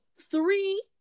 three